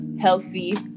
healthy